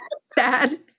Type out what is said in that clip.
Sad